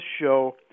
show